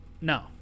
no